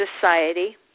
society